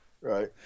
Right